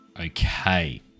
Okay